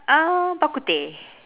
uh bak kut teh